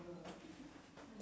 um